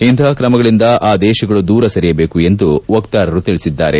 ಇಂತಹ ಕ್ರಮಗಳಿಂದ ಆ ದೇಶಗಳು ದೂರ ಸರಿಯಬೇಕು ಎಂದು ವಕ್ತಾರರು ತಿಳಿಸಿದ್ದಾರೆ